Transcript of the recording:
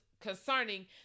concerning